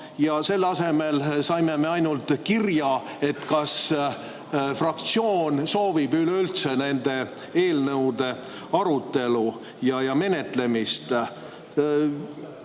Selle asemel saime me ainult kirja, et kas fraktsioon üleüldse soovib nende eelnõude arutelu ja menetlemist.